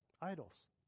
Idols